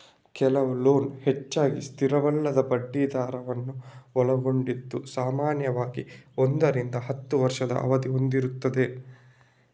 ಕೆಲವು ಲೋನ್ ಹೆಚ್ಚಾಗಿ ಸ್ಥಿರವಲ್ಲದ ಬಡ್ಡಿ ದರವನ್ನ ಒಳಗೊಂಡಿದ್ದು ಸಾಮಾನ್ಯವಾಗಿ ಒಂದರಿಂದ ಹತ್ತು ವರ್ಷದ ಅವಧಿ ಹೊಂದಿರ್ತದೆ